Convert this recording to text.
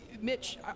mitch